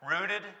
rooted